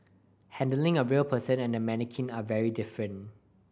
handling a real person and a mannequin are very different